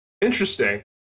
interesting